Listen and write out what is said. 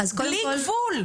בלי גבול.